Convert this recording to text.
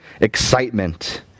excitement